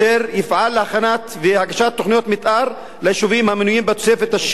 יפעל להכנה ולהגשה של תוכניות מיתאר ליישובים המנויים בתוספת השישית,